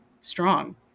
strong